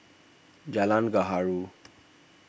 Jalan Gaharu